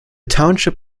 township